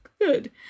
good